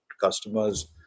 customers